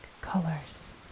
colors